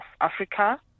Africa